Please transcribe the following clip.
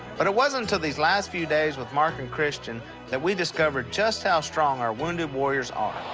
but it wasn't until these last few days with mark and christian that we discovered just how strong our wounded warriors are.